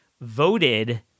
voted